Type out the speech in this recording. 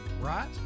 right